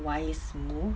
wise move